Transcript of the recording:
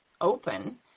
open